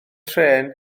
trên